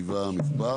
בוקר